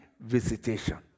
visitation